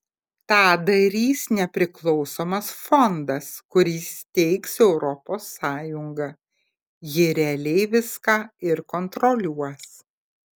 tą darys nepriklausomas fondas kurį steigs europos sąjunga ji realiai viską ir kontroliuos